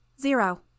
Zero